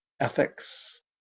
ethics